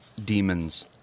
demons